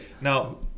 Now